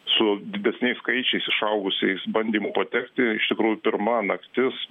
su didesniais skaičiais išaugusiais bandymu patekti iš tikrųjų pirma naktis